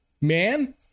man